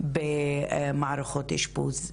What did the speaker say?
במערכות אשפוז,